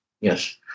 Yes